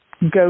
Go